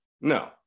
No